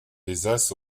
des